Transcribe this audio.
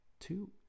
two